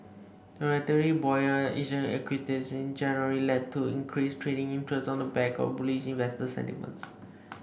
the relatively buoyant Asian equities markets in January led to increased trading interest on the back of bullish investor sentiments